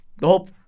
Nope